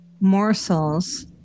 morsels